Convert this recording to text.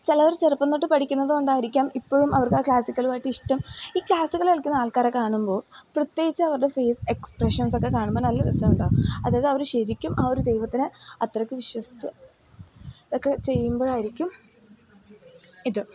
ചിലവർ ചെറുപ്പം തൊട്ട് പഠിക്കുന്നതുകൊണ്ടായിരിക്കാം ഇപ്പൊഴും അവർക്ക് ആ ക്ലാസിക്കൽ ആയിട്ട് ഇഷ്ടം ഈ ക്ലാസിക്കല് കളിക്കുന്ന ആൾക്കാരെ കാണുമ്പോൾ പ്രത്യേകിച്ച് അവരുടെ ഫേസ് എക്സ്പ്രഷൻസൊക്കെ കാണുമ്പോൾ നല്ല രസമുണ്ടാവും അതായത് അവർ ശരിക്കും ആ ഒരു ദൈവത്തിനെ അത്രയ്ക്ക് വിശ്വസിച്ച് ഒക്കെ ചെയ്യുമ്പോഴായിരിക്കും ഇത്